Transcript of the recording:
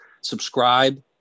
subscribe